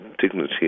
dignity